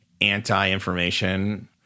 anti-information